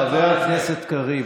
חבר הכנסת קריב,